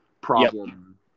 problem